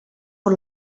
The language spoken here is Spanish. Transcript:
por